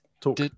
Talk